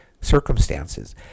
circumstances